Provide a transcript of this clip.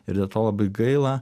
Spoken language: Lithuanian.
ir dėl to labai gaila